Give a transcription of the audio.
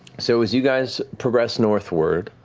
so as you guys progress northward,